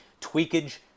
tweakage